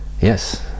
yes